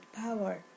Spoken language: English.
power